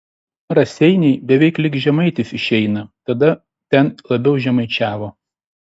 raseiniai beveik lyg žemaitis išeina tada ten labiau žemaičiavo